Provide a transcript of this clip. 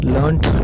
Learned